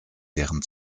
deren